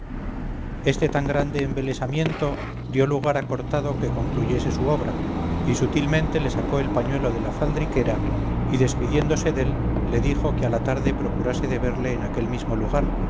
este tan grande embelesamiento dio lugar a cortado que concluyese su obra y sutilmente le sacó el pañuelo de la faldriquera y despidiéndose dél le dijo que a la tarde procurase de verle en aquel mismo lugar